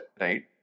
Right